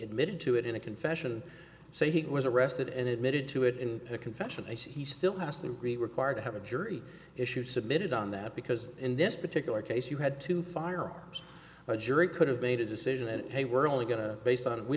admitted to it in a confession so he was arrested an admitted to it in a confession he still has to agree required to have a jury issue submitted on that because in this particular case you had to firearms a jury could have made a decision and they were only going to based on we